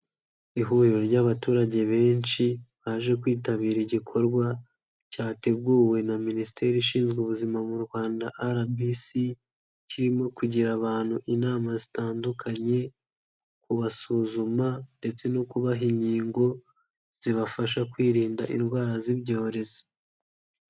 Ihuriro ry'abaturage benshi, baje kwitabira igikorwa cyateguwe na minisiteri ishinzwe ubuzima mu Rwanda RBC, kirimo kugira abantu inama zitandukanye, kubasuzuma ndetse no kubaha inkingo zibafasha kwirinda indwara z'ibyorezo.